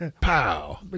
Pow